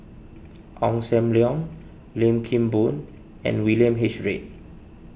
Ong Sam Leong Lim Kim Boon and William H Read